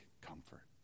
comfort